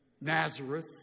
Nazareth